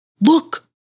Look